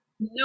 No